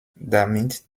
damit